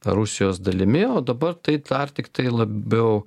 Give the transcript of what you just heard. rusijos dalimi o dabar tai dar tiktai labiau